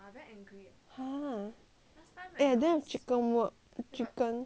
eh I don't have chicken work chicken